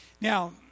Now